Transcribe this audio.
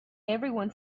everyone